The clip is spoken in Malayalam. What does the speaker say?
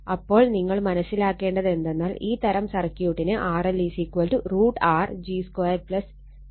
അപ്പോൾ നിങ്ങൾ മനസ്സിലാക്കേണ്ടത് എന്തെന്നാൽ ഈ തരം സർക്യൂട്ടിന് RL √R g2 j x g2 ആയിരിക്കും